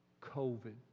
COVID